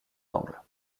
angles